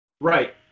Right